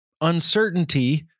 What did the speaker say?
Uncertainty